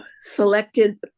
selected